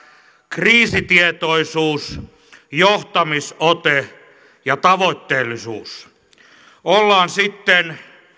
kriisitietoisuus johtamisote ja tavoitteellisuus ollaan sitten